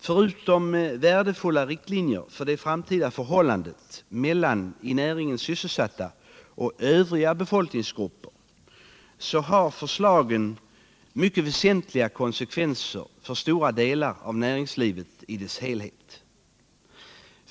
Förutom att förslaget ger värdefulla riktlinjer för det framtida förhållandet mellan i näringen sysselsatta och övriga befolkningsgrupper har det mycket väsentliga konsekvenser för stora delar av näringslivet.